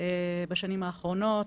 בשנים האחרונות,